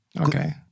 Okay